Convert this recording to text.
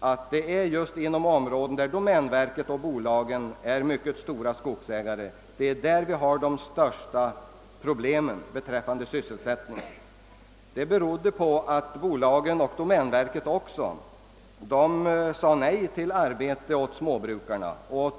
att de största sysselsättningsproblemen finns inom de områden där domänverket och bolagen äger mycket stora skogar. Detta bl.a. beror på att bolagen liksom också domänverket vägrat småbrukarna arbete.